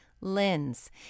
lens